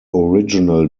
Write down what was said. original